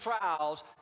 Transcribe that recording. trials